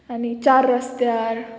आनी चार रस्त्यार